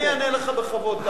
אני אענה לך בכבוד.